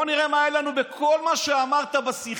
בוא נראה מה היה לנו בכל מה שאמרת בשיחה,